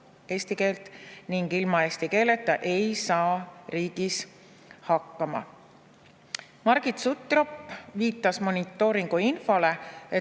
eesti keelest ning ilma eesti keeleta ei saa riigis hakkama. Margit Sutrop viitas monitooringu infole,